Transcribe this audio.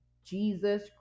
jesus